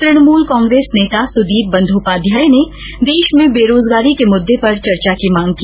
तृणमूल कांग्रेस नेता सुदीप बंधोपाध्याय ने देश में बेरोजगारी के मुद्दे पर चर्चा की मांग की